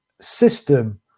system